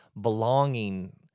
belonging